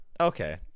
Okay